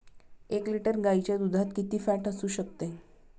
एक लिटर गाईच्या दुधात किती फॅट असू शकते?